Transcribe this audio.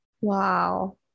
Wow